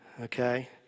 Okay